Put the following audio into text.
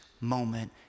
moment